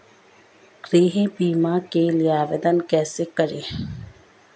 गृह बीमा के लिए आवेदन कैसे करें?